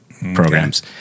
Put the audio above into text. programs